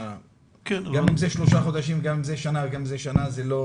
גם אם זה שלושה חודשים, גם אם זה שנה, זה לא